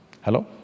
Hello